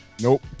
Nope